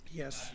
yes